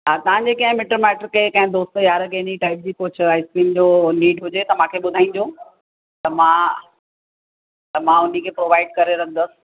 हा तव्हांजे कंहिं मिट माइट खे कंहिं दोस्त यार खे हिन टाइप जी कुझु आइसक्रीम जो नीड हुजे त मांखे ॿुधाइजो त मां त मां हुनखे प्रोवाइड करे रखंदसि